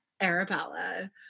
Arabella